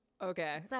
Okay